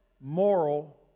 Moral